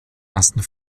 ersten